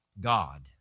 God